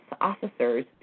officers